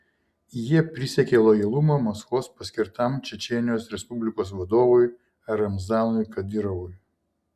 jie prisiekė lojalumą maskvos paskirtam čečėnijos respublikos vadovui ramzanui kadyrovui